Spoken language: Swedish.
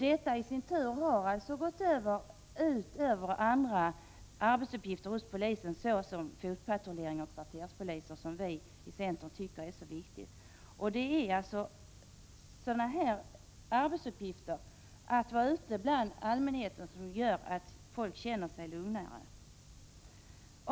Detta har i sin tur gått ut över andra arbetsuppgifter hos polisen såsom fotpatrullering och tjänstgöring som kvarterspolis, dvs. tjänstgöring ute bland allmänheten, som vi i centern tycker är så viktigt. Det är sådana arbetsuppgifter som gör att folk känner sig lugnare.